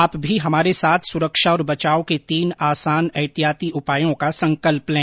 आप भी हमारे साथ सुरक्षा और बचाव के तीन आसान एहतियाती उपायों का संकल्प लें